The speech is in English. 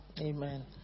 Amen